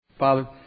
Father